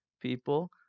people